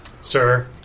Sir